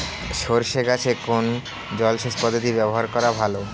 সরষে গাছে কোন জলসেচ পদ্ধতি ব্যবহার করা ভালো?